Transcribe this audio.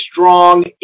strong